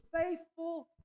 faithful